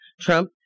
Trump